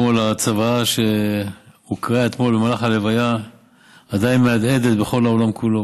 הצוואה שהוקראה אתמול במהלך ההלוויה עדיין מהדהדת בעולם כולו.